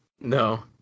No